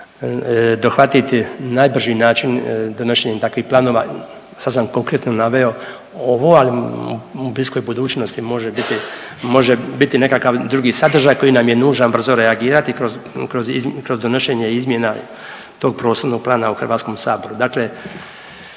bih rekao najbrži način donošenjem takvih planova. Sad sam konkretno naveo ovo, ali u bliskoj budućnosti može biti, može biti nekakav drugi sadržaj koji nam je nužan brzo reagirati kroz donošenje izmjena tog prostornog plana u Hrvatskom saboru.